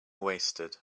wasted